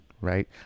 Right